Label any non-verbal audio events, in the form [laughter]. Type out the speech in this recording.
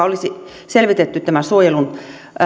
[unintelligible] olisi selvitetty tämän suojelun